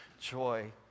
joy